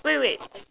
wait wait wait